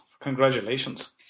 Congratulations